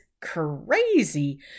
crazy